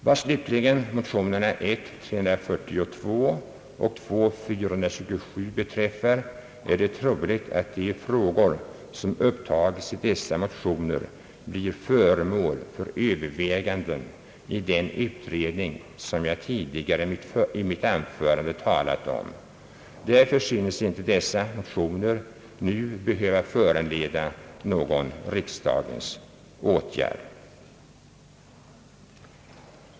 Vad slutligen motionerna I: 342 och II: 427 beträffar är det troligt att de frågor, som upptages i dessa motioner, blir föremål för överväganden i den utredning som jag tidigare i mitt anförande talat om. Därför synes dessa motioner inte nu behöva föranleda någon riksdagens åtgärd.